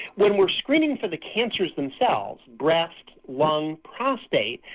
when we're screening for the cancers themselves, breast, lung, prostate,